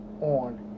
on